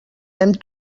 hem